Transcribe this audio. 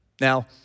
Now